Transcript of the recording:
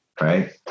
Right